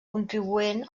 contribuent